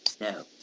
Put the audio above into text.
No